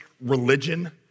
religion